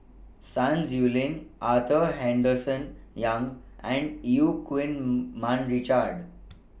Sun Xueling Arthur Henderson Young and EU Keng Mun Richard